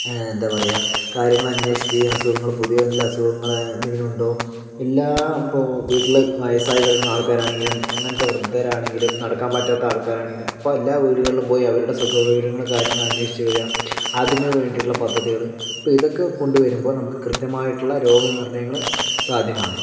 എന്താ പറയുക കാര്യങ്ങൾ അന്വേഷിക്കുകയും അസുഖങ്ങൾ പുതിയ വല്ല അസുഖങ്ങൾ എന്തെങ്കിലുമുണ്ടോ എല്ലാം ഇപ്പോൾ വീട്ടിൽ വയസ്സായി കിടക്കുന്ന ആൾക്കാർ ആണെങ്കിലും അങ്ങനത്തെ വൃദ്ധർ ആണെങ്കിലും നടക്കാൻ പറ്റാത്ത ആൾക്കാർ ആണെങ്കിലും അപ്പൊൾ എല്ലാ വീടുകളിലും പോയി അവരുടെ സുഖവിവരങ്ങൾ കാര്യങ്ങൾ അന്വേഷിച്ചു വരുക അതിനുവേണ്ടിയുള്ള പദ്ധതികൾ അപ്പോ ഇതൊക്കെ കൊണ്ടുവരുമ്പോൾ നമുക്ക് കൃത്യമായിട്ടുള്ള രോഗനിർണയങ്ങള് സാധ്യമാണ്